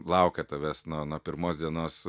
laukia tavęs nu nuo pirmos dienos